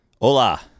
Hola